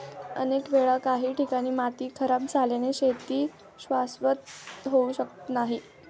अनेक वेळा काही ठिकाणी माती खराब झाल्याने शेती शाश्वत होऊ शकत नाही